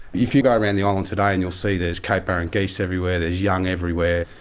if you go around the island today and you'll see there's cape barren geese everywhere, there's young everywhere,